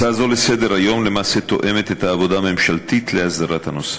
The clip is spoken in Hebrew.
הצעה זו לסדר-היום למעשה תואמת את העבודה הממשלתית להסדרת הנושא,